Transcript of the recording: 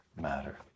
matter